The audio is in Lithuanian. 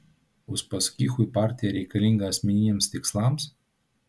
uspaskichui partija reikalinga asmeniniams tikslams